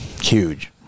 Huge